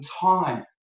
time